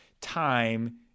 time